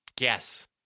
Yes